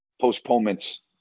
postponements